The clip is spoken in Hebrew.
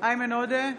איימן עודה,